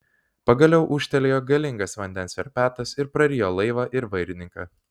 pagaliau ūžtelėjo galingas vandens verpetas ir prarijo laivą ir vairininką